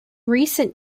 recent